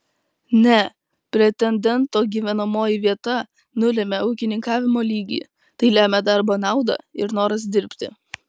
ne pretendento gyvenamoji vieta nulemia ūkininkavimo lygį tai lemia darbo nauda ir noras dirbti